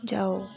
जाओ